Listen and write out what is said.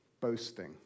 boasting